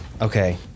Okay